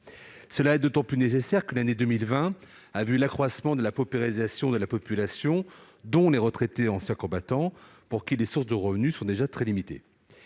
Cela est d'autant plus nécessaire que l'année 2020 a vu l'accroissement de la paupérisation de la population, en particulier des retraités anciens combattants, pour lesquels les sources de revenus sont déjà très limitées.